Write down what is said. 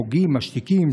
פוגעים, משתיקים?